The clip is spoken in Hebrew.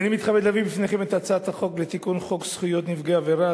הנני מתכבד להביא בפניכם את הצעת החוק לתיקון חוק זכויות נפגעי עבירה,